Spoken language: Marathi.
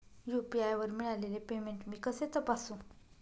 यू.पी.आय वर मिळालेले पेमेंट मी कसे तपासू?